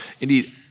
indeed